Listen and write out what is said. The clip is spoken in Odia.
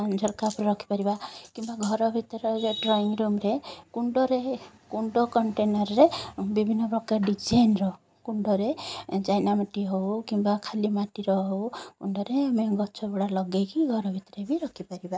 ଝରକା ଉପରେ ରଖିପାରିବା କିମ୍ବା ଘର ଭିତର ରହିବା ଡ୍ରଇଂ ରୁମ୍ରେ କୁଣ୍ଡରେ କୁଣ୍ଡ କଣ୍ଟେନର୍ରେ ବିଭିନ୍ନ ପ୍ରକାର ଡିଜାଇନ୍ର କୁଣ୍ଡରେ ଚାଇନା ମାଟି ହେଉ କିମ୍ବା ଖାଲି ମାଟିର ହେଉ କୁଣ୍ଡରେ ଆମେ ଗଛଗୁଡ଼ା ଲଗେଇକି ଘର ଭିତରେ ବି ରଖିପାରିବା